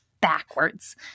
backwards